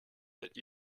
that